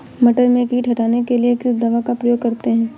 मटर में कीट हटाने के लिए किस दवा का प्रयोग करते हैं?